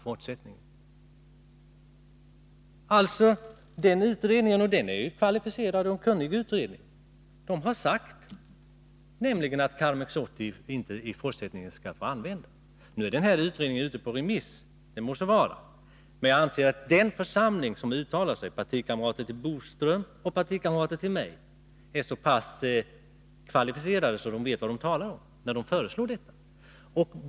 Utredningen har — och det är en kvalificerad och kunnig utredning — sagt att Karmex 80 i fortsättningen inte skall få användas. Nu är utredningen ute på remiss, och det må så vara. Men jag anser att den församling som uttalat sig — partikamrater till Curt Boström och mig — är så pass kvalificerad att den vet vad den talar om när den föreslår detta.